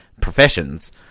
professions